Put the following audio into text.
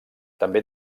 també